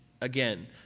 again